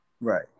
Right